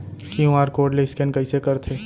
QR code ले scan कइसे करथे?